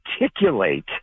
articulate